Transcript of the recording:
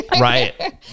Right